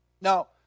Now